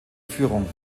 führung